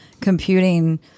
computing